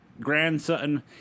grandson